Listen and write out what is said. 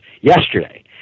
yesterday